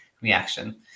reaction